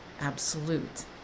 absolute